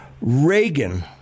Reagan